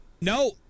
No